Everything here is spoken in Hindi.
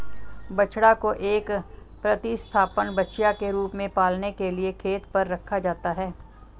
बछड़ा को एक प्रतिस्थापन बछिया के रूप में पालने के लिए खेत पर रखा जाता है